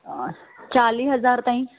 चालीह हज़ार ताईं